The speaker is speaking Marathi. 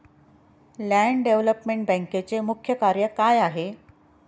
लँड डेव्हलपमेंट बँकेचे मुख्य कार्य काय आहे?